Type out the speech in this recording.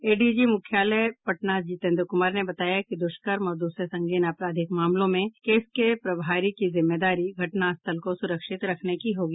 ADG मुख्यालय पटना जितेन्द्र कुमार ने बताया कि दुष्कर्म और दूसरे संगीन आपराधिक मामलों में केस के प्रभारी की जिम्मेदारी घटनास्थल को सुरक्षित रखने की होगी